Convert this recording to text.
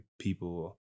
people